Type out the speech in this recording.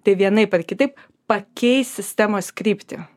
tai vienaip ar kitaip pakeis sistemos kryptį